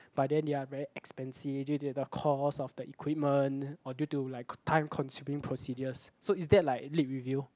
but then they're very expensive due to the cost of the equipment or due to like time consuming procedures so is that like lit review